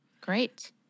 Great